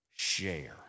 Share